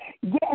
Yes